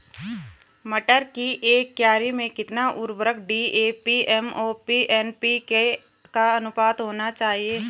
मटर की एक क्यारी में कितना उर्वरक डी.ए.पी एम.ओ.पी एन.पी.के का अनुपात होना चाहिए?